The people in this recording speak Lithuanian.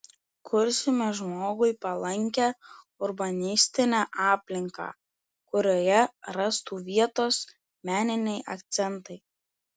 kursime žmogui palankią urbanistinę aplinką kurioje rastų vietos meniniai akcentai